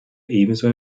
ebenso